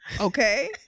Okay